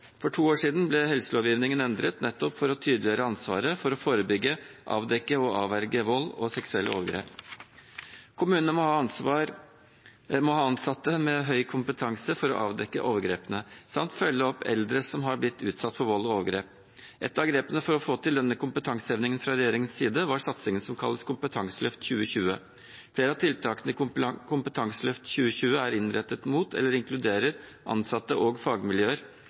For to år siden ble helselovgivningen endret nettopp for å tydeliggjøre ansvaret for å forebygge, avdekke og avverge vold og seksuelle overgrep. Kommunene må ha ansatte med høy kompetanse for å avdekke overgrepene samt følge opp eldre som har blitt utsatt for vold og overgrep. Et av grepene for å få til denne kompetansehevingen fra regjeringens side var satsingen som kalles Kompetanseløft 2020. Flere av tiltakene i Kompetanseløft 2020 er innrettet mot eller inkluderer ansatte og fagmiljøer